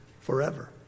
forever